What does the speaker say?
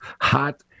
hot